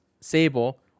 Sable